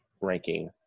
ranking